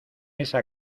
esa